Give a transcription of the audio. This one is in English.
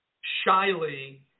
shyly